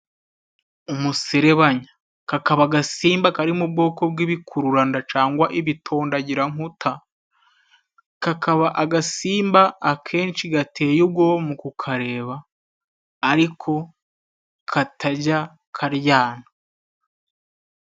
Umuserebanya kakaba agasimba kari mu bwoko bw'ibikururanda cangwa ibitondagirankuta, kakaba agasimba akenshi gateye ubwoba mu kukareba ariko katajya karyana.